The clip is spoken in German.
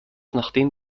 nachdem